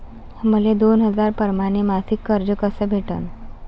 मले दोन हजार परमाने मासिक कर्ज कस भेटन?